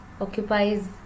occupies